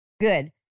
Good